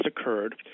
occurred